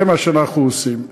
זה מה שאנחנו עושים.